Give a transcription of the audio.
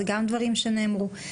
ואלו גם דברים שנאמרו.